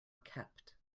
kept